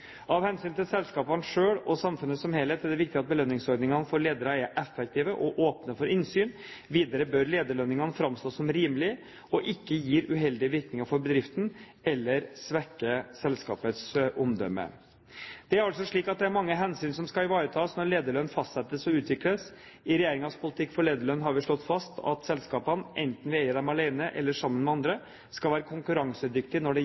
Av hensyn til selskapene selv og samfunnet som helhet er det viktig at belønningsordningene for ledere er effektive og åpne for innsyn. Videre bør lederlønningene framstå som rimelige og ikke gi uheldige virkninger for bedriften eller svekke selskapets omdømme. Det er altså slik at det er mange hensyn som skal ivaretas når lederlønn fastsettes og utvikles. I regjeringens politikk for lederlønn har vi slått fast at selskapene – enten vi eier dem alene eller sammen med andre – skal være konkurransedyktige når det